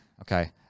okay